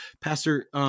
Pastor